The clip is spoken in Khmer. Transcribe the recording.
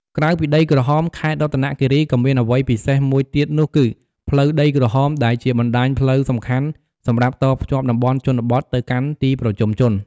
ក្រៅពីដីក្រហម ខេត្តរតនគិរីក៏មានអ្វីពិសេសមួយទៀតនោះគឺ ផ្លូវដីក្រហម ដែលជាបណ្តាញផ្លូវសំខាន់សម្រាប់តភ្ជាប់តំបន់ជនបទទៅកាន់ទីប្រជុំជន។